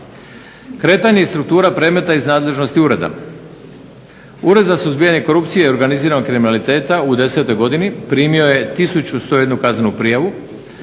Kretanje i struktura predmeta iz nadležnosti ureda. Ured za suzbijanje korupcije i organiziranog kriminaliteta u 2010. godini primio je tisuću 101 kaznenu prijavu.